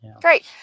Great